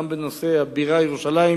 גם לגבי הבירה ירושלים